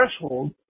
threshold